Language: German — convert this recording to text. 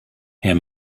herr